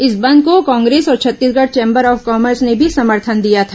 इस बंद को कांग्रेस और छत्तीसगढ़ चैंबर ऑफ कामर्स ने भी समर्थन दिया था